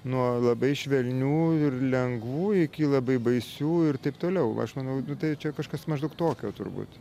nuo labai švelnių ir lengvų iki labai baisių ir taip toliau aš manau tai čia kažkas maždaug tokio turbūt